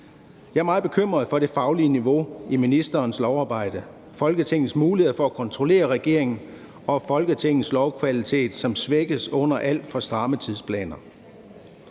Jeg er meget bekymret for det faglige niveau i ministerens lovarbejde, Folketingets muligheder for at kontrollere regeringen og Folketingets lovkvalitet, som svækkes under alt for stramme tidsplaner.